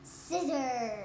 Scissor